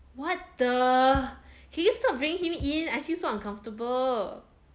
what the can you stop bringing him in I feel so uncomfortable